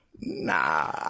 nah